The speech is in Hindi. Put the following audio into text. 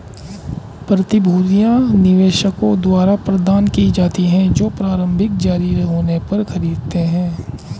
प्रतिभूतियां निवेशकों द्वारा प्रदान की जाती हैं जो प्रारंभिक जारी होने पर खरीदते हैं